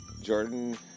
Jordan